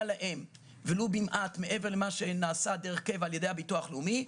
להם במעט ממה שנעשה דרך קבע על ידי הביטוח הלאומי.